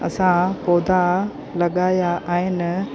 असां पौधा लॻाया आहिनि